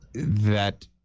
that